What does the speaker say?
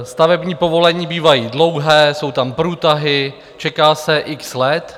Stavební povolení bývají dlouhá, jsou tam průtahy, čeká se x let.